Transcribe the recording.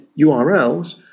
URLs